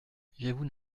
j’avoue